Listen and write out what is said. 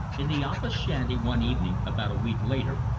in the office shanty one evening about a week later,